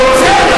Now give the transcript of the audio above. להוציא.